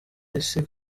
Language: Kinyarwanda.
isi